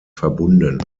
verbunden